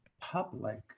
public